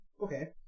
Okay